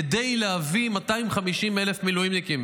כדי להביא 250,00 מילואימניקים,